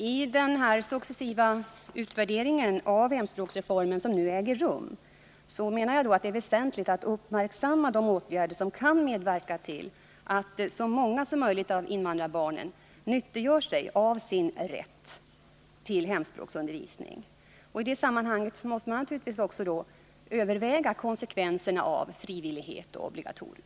103 I den successiva utvärdering av hemspråksreformen som nu äger rum är det, menar jag, väsentligt att uppmärksamma de åtgärder som kan medverka till att så många som möjligt av invandrarbarnen nyttiggör sig sin rätt till hemspråksundervisning. I det sammanhanget måste man också överväga konsekvenserna av frivillighet och obligatorium.